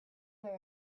their